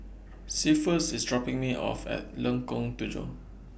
Cephus IS dropping Me off At Lengkong Tujuh